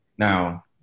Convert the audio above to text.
now